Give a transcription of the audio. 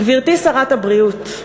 גברתי שרת הבריאות,